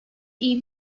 iyi